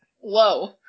Whoa